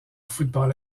football